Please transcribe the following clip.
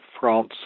France